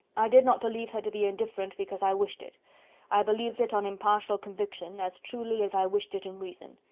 i did not believe her to be indifferent because i wished it i believed it on impartial conviction, as truly as i wished it in reason.